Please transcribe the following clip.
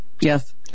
Yes